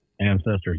ancestors